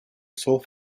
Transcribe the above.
sole